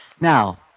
Now